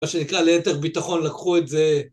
מה שנקרא ליתר ביטחון לקחו את זה